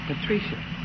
Patricia